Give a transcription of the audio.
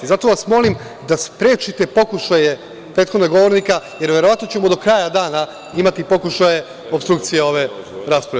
Zato vas molim da sprečite pokušaje prethodnog govornika, jer verovatno ćemo do kraja dana imati pokušaje opstrukcije ove rasprave.